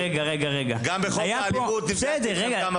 גם בחוק האלימות ישבתי איתכם כמה פעמים,